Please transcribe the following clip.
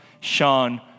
Sean